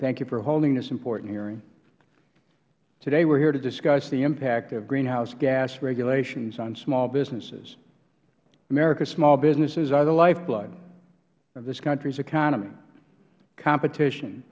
thank you for holding this important hearing today we are here to discuss the impact of greenhouse gas regulations on small businesses america's small businesses are the lifeblood of this country's economy competition